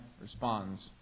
responds